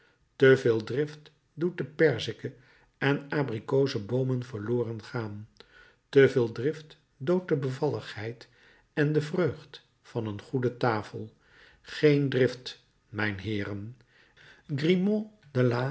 veel drift doet de perzike en abrikozeboomen verloren gaan te veel drift doodt de bevalligheid en de vreugd van een goede tafel geen drift mijnheeren